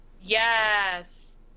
Yes